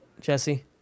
Jesse